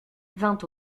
vingt